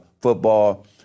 football